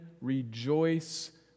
rejoice